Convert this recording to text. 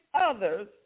others